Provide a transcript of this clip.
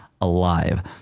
alive